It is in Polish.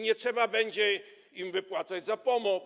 Nie trzeba będzie im wypłacać zapomóg,